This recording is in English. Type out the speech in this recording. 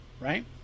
right